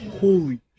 Holy